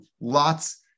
lots